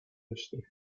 industry